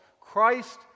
Christ